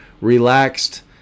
relaxed